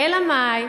אלא מאי?